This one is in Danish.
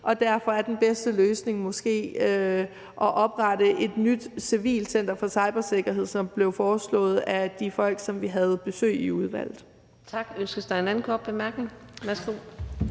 derfor er den bedste løsning måske at oprette et nyt civilt center for cybersikkerhed, som det blev foreslået af de folk, vi havde besøg af i udvalget.